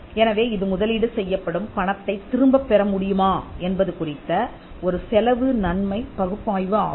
எனவே இது முதலீடு செய்யப்படும் பணத்தைத் திரும்பப் பெற முடியுமா என்பது குறித்த ஒரு செலவு நன்மை பகுப்பாய்வு ஆகும்